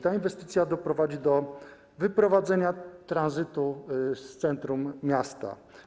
Ta inwestycja doprowadzi do wyprowadzenia tranzytu z centrum miasta.